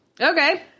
Okay